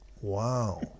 Wow